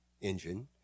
engine